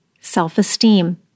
self-esteem